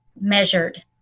measured